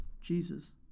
Jesus